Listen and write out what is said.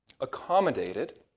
accommodated